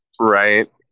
right